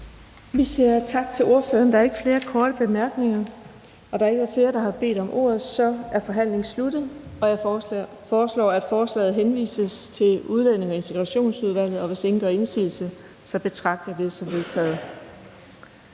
Vi siger tak til ordføreren. Der er ikke flere korte bemærkninger. Da der ikke er flere, der har bedt om ordet, er forhandlingen sluttet. Jeg foreslår, at forslaget til folketingsbeslutning henvises til Udlændinge- og Integrationsudvalget. Hvis ingen gør indsigelse, betragter jeg dette som vedtaget.